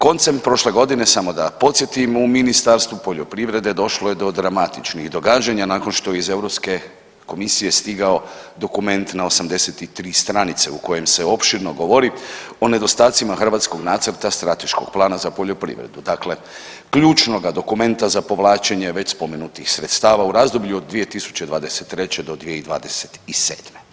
Koncem prošle godine, samo da podsjetim, u Ministarstvu poljoprivrede došlo je do dramatičnih događanja nakon što je iz Europske komisije stigao dokument na 83 stranice u kojem se opširno govori o nedostacima hrvatskog nacrta strateškog plana za poljoprivredu, dakle ključnoga dokumenta za povlačenje već spomenutih sredstava u razdoblju od 2023. do 2027.